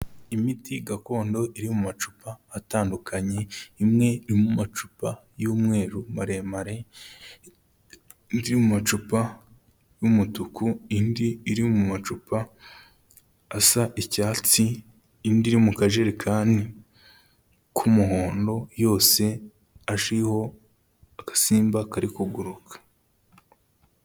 Imiti gakondo iri mu macupa atandukanye, imwe iri mu macupa y'umweru maremare, indi iri mu macupa y'umutuku, indi iri mu macupa asa icyatsi, indi iri mu kajerekani k'umuhondo. Yose ashiho agasimba kari kuguruka.